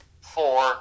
four